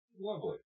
Lovely